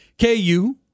KU